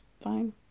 fine